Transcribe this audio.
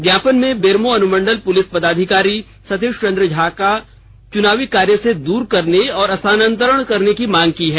ज्ञापन में बेरमो अनुमंडल पुलिस पदाधिकारी सतीश चंद्र झा को चुनाव कार्य से दूर करने और स्थानांतरण करने की मांग की है